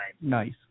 Nice